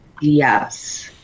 Yes